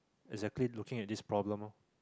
exactly looking at this problem loh